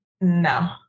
No